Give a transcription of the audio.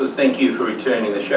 thank you for returning the